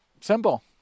simple